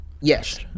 yes